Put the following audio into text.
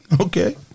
Okay